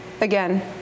again